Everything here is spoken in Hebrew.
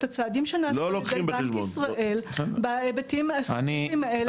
הצעדים שנעשו על ידי בנק ישראל בהיבטים האלו.